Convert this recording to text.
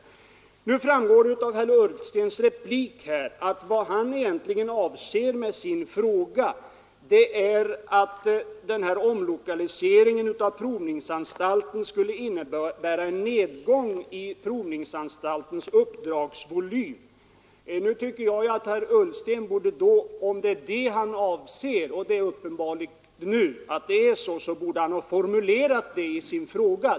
Det framgår av herr Ullstens replik att vad han egentligen avser med sin fråga är att omlokaliseringen av provningsanstalten skulle innebära en nedgång i provningsanstaltens uppdragsvolym. Om detta är vad herr Ullsten avser — och så är det uppenbarligen — borde han ha formulerat det i sin fråga.